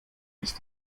ist